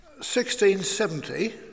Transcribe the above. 1670